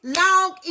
long